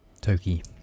Toki